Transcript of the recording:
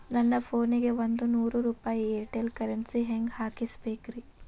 ನನ್ನ ಫೋನಿಗೆ ಒಂದ್ ನೂರು ರೂಪಾಯಿ ಏರ್ಟೆಲ್ ಕರೆನ್ಸಿ ಹೆಂಗ್ ಹಾಕಿಸ್ಬೇಕ್ರಿ?